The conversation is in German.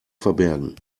verbergen